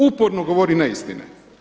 Uporno govori neistine.